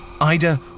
Ida